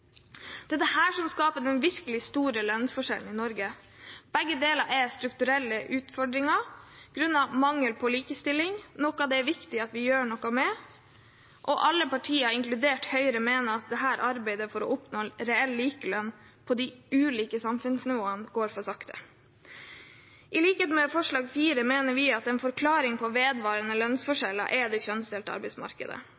Det er dette som skaper de virkelig store lønnsforskjellene i Norge. Begge deler er strukturelle utfordringer grunnet mangel på likestilling, noe det er viktig at vi gjør noe med. Alle partiene, inkludert Høyre, mener at arbeidet for å oppnå reell likelønn på de ulike samfunnsnivåene går for sakte. I likhet med det som står i forslag nr. 3, mener vi at en forklaring på vedvarende